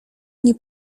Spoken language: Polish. nie